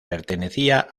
pertenecía